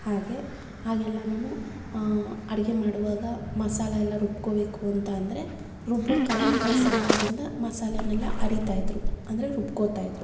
ಹಾಗೆ ಆಗೆಲ್ಲನು ಅಡಿಗೆ ಮಾಡುವಾಗ ಮಸಾಲೆ ಎಲ್ಲ ರುಬ್ಕೋಬೇಕು ಅಂತ ಅಂದರೆ ರುಬ್ಬೊ ಕಲ್ಲಿನ ಸಹಾಯದಿಂದ ಮಸಾಲೆನ್ನೆಲ್ಲ ಅರಿತಾ ಇದ್ದರು ಅಂದರೆ ರುಬ್ಕೋತಾ ಇದ್ದರು